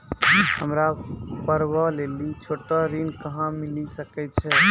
हमरा पर्वो लेली छोटो ऋण कहां मिली सकै छै?